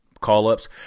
call-ups